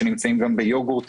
שנמצאים גם ביוגורט